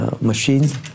machines